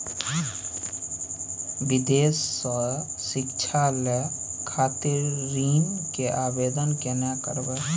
विदेश से शिक्षा लय खातिर ऋण के आवदेन केना करबे?